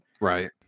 Right